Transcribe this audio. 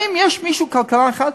האם יש מישהו, כלכלן אחד?